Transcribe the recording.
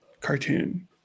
cartoon